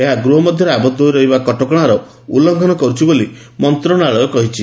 ଏହା ଗୃହ ମଧ୍ୟରେ ଆବଦ୍ଧ ହୋଇ ରହିବା କଟକଣାର ଲଂଘନ କରୁଛି ବୋଲି ମନ୍ତ୍ରଣାଳୟ କହିଛି